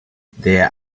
there